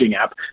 app